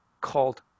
called